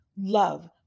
love